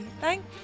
Thank